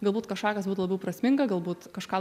galbūt kažką kas būtų labiau prasminga galbūt kažką